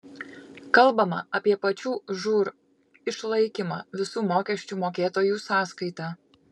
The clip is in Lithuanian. kalbama apie pačių žūr išlaikymą visų mokesčių mokėtojų sąskaita